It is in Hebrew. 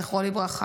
זכרו לברכה.